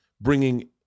bringing